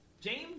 James